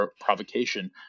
provocation